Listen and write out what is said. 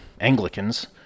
Anglicans